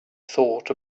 thought